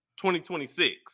2026